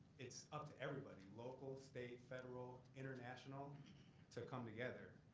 it's up to everybody, local, state, federal, international to come together.